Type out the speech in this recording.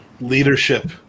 leadership